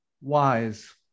Wise